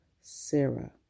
Sarah